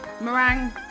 meringue